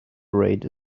rate